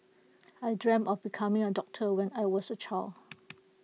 I dreamt of becoming A doctor when I was A child